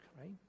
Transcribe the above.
right